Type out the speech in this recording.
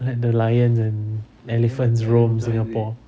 like the lions and elephants roam singapore